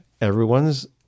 Everyone's